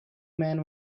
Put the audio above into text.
man